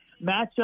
matchup